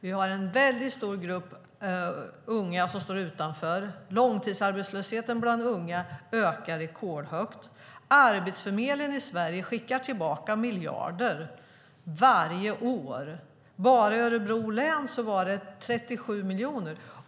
Vi har en väldigt stor grupp unga som står utanför arbetsmarknaden. Långtidsarbetslösheten bland unga ökar rekordsnabbt. Arbetsförmedlingen i Sverige skickar tillbaka miljarder varje år. Bara i Örebro län var det 37 miljoner.